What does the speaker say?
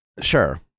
Sure